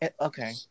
okay